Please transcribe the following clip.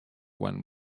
one